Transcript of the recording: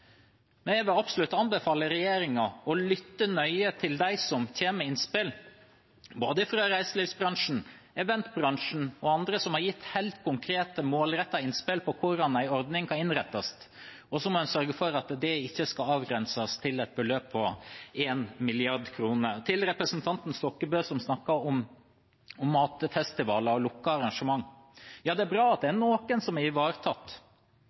Jeg vil absolutt anbefale regjeringen å lytte nøye til dem som kommer med innspill, fra både reiselivsbransjen, eventbransjen og andre, som har gitt helt konkrete, målrettede innspill til hvordan en ordning kan innrettes. En må også sørge for at det ikke skal avgrenses til et beløp på 1 mrd. kr. Til representanten Stokkebø, som snakket om matfestivaler og lukkede arrangement: Ja, det er bra at det er noen som er ivaretatt,